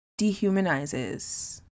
dehumanizes